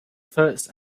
first